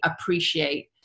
appreciate